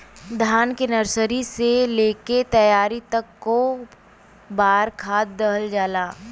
धान के नर्सरी से लेके तैयारी तक कौ बार खाद दहल जाला?